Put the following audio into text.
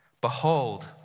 behold